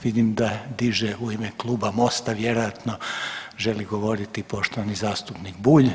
Vidim da diže u ime kluba MOST-a vjerojatno želi govoriti poštovani zastupnik Bulj.